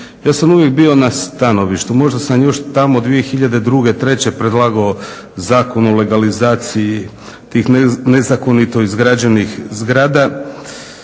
Ja sam uvijek bio na stanovištu, možda sam još tamo 2002., treće predlagao Zakon o legalizaciji tih nezakonito izgrađenih zgrada.